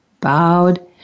bowed